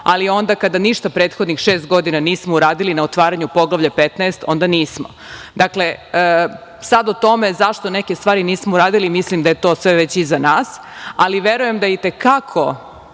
ali onda kada ništa prethodnih šest godina nismo uradili na otvaranju Poglavlja XV, onda nismo. Dakle, sad o tome zašto neke stvari nismo uradili mislim da je to sve već iza nas, ali verujem da i te kako